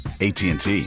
ATT